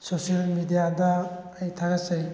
social ꯃꯦꯗꯤꯌꯥꯗ ꯑꯩ ꯊꯥꯒꯠꯆꯔꯤ